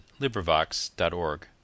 LibriVox.org